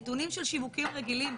נתונים של שיווקים רגילים,